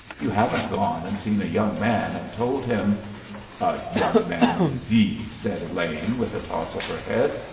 you haven't gone and seen a young man and told him a young man, indeed! said elaine, with a toss of her head.